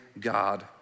God